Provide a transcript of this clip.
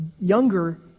younger